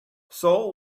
saul